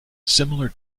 similar